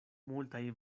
multaj